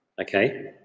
okay